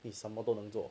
你什么都能做